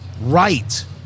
right